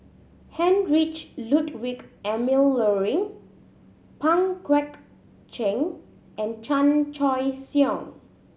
Heinrich Ludwig Emil Luering Pang Guek Cheng and Chan Choy Siong